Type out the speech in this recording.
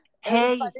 hey